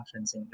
conferencing